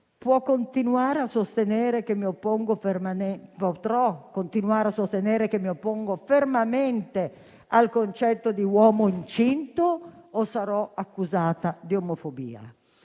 Potrò continuare a sostenere che mi oppongo fermamente al concetto di uomo incinto o sarò accusata di omofobia?